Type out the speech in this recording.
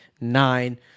nine